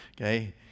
okay